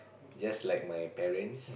just like my parents